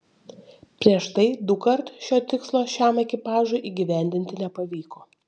prieš tai dukart šio tikslo šiam ekipažui įgyvendinti nepavyko